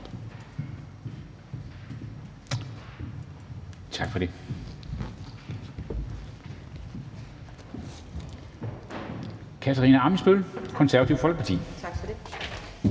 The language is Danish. Tak for det.